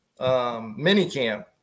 minicamp